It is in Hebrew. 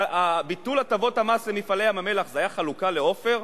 ביטול הטבות המס ל"מפעלי ים-המלח" זה היה חלוקה לעופר?